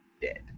dead